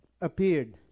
appeared